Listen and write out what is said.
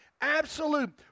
absolute